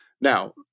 Now